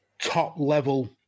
top-level